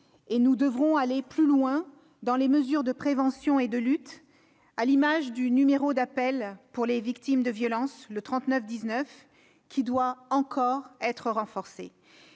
confinement et aller plus loin dans les mesures de prévention et de lutte, à l'image du numéro d'appel pour les victimes de violences, le 3919, qui doit encore être renforcé.